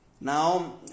Now